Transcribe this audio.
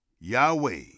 yahweh